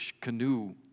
canoe